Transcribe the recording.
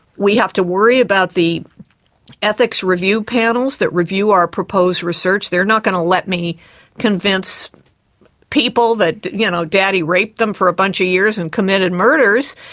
we have to worry about the ethics review panels that review our proposed research. they're not going to let me convince people that you know daddy raped them for a bunch of years and committed murders,